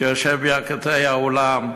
שיושב בירכתי האולם,